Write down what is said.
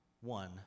One